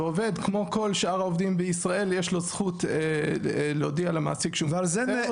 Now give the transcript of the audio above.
ועובד כמו כל השאר העובדים בישראל יש לו זכות להודיע למעסיק שהוא